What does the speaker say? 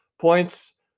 points